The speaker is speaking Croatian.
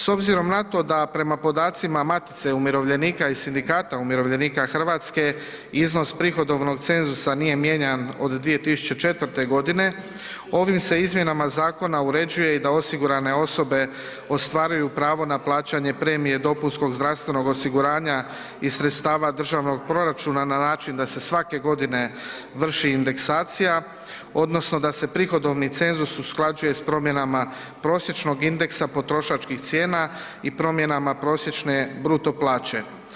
S obzirom na to da prema podacima Matice umirovljenika i sindikata umirovljenika Hrvatske iznos prihodovnog cenzusa nije mijenjan od 2004. godine, ovim se izmjenama zakona uređuje da osigurane osobe ostvaruju pravo na plaćanje premije DZO-a iz sredstava državnog proračuna na način da se svake godine vrši indeksacija odnosno da se prihodovni cenzus usklađuje s promjenama prosječnog indeksa potrošačkih cijena i promjenama prosječne bruto plaće.